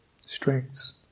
Strengths